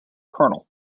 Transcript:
kernel